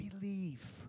believe